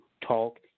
talk